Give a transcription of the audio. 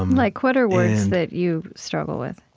um like what are words that you struggle with?